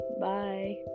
bye